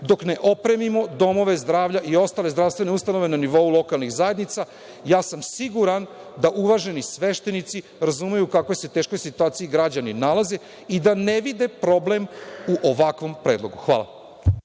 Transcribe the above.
dok ne opremimo domove zdravlja i ostale zdravstvene ustanove na nivou lokalnih zajednica. Ja sam siguran da uvaženi sveštenici razumeju u kako se teškoj situaciji građani nalaze i da ne vide problem u ovakvom predlogu. Hvala.